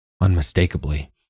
unmistakably